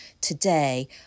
today